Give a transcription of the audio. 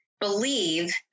believe